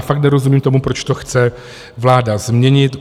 Fakt nerozumím tomu, proč to chce vláda změnit.